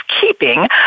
keeping